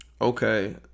Okay